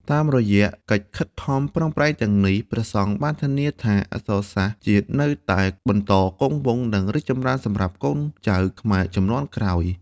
តាមរយៈការខិតខំប្រឹងប្រែងទាំងនេះ ព្រះសង្ឃបានធានាថា អក្សរសាស្ត្រជាតិនៅតែបន្តគង់វង្ស និងរីកចម្រើនសម្រាប់កូនចៅខ្មែរជំនាន់ក្រោយ។